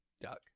Duck